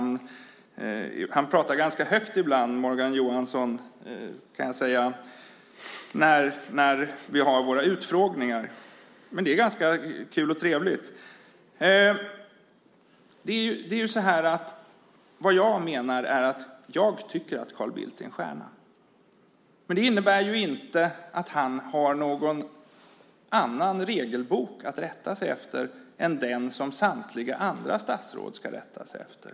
Morgan Johansson pratar ganska högt ibland, kan jag säga, när vi har våra utfrågningar. Men det är ganska kul och trevligt. Jag tycker att Carl Bildt är en stjärna, men det innebär inte att han har någon annan regelbok att rätta sig efter än den som samtliga andra statsråd ska rätta sig efter.